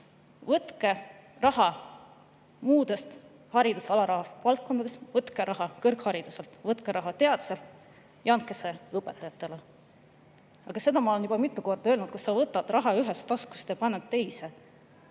võtke raha muudest hariduse alarahastatud valdkondadest, võtke raha kõrghariduselt, võtke raha teaduselt ja andke see õpetajatele. Aga seda ma olen juba mitu korda öelnud, et kui sa võtad raha ühest taskust ja paned teise,